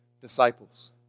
disciples